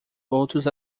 outros